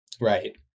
Right